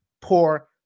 poor